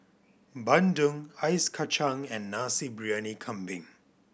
bandung ice kacang and Nasi Briyani Kambing